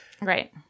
Right